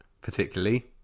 particularly